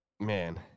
man